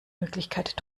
möglichkeit